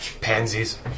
Pansies